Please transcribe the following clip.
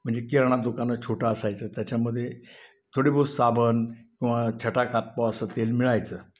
म्हणजे किराणा दुकान छोटं असायचं त्याच्यामध्ये थोडी बहुत साबन किंवा छटाक आतपाव असं तेल मिळायचं